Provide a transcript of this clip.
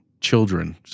children